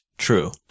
true